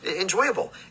enjoyable